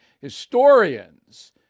historians